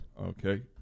Okay